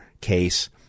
case